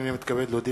הנני מתכבד להודיע,